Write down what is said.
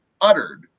uttered